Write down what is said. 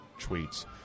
tweets